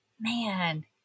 Man